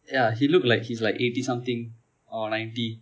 ya he look like he's like eighty something or ninety